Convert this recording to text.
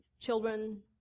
children